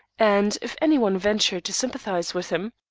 and if anyone ventured to sympathize with him,